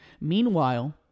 Meanwhile